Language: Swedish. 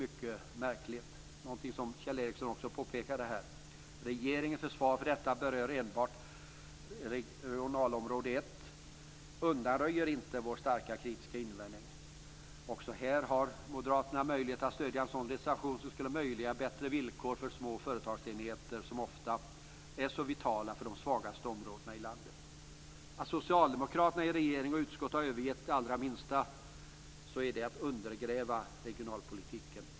Det påpekade ju också Kjell Ericsson. Regeringens försvar, att detta enbart berör regionalområde 1, undanröjer inte vår starkt kritiska invändning. Också här har Moderaterna möjlighet att stödja en reservation som skulle möjliggöra bättre villkor för små företagsenheter, som ofta är så vitala för de svagaste områdena i landet. Socialdemokraterna i regering och utskott har övergett det allra minsta. Det är att undergräva regionalpolitiken.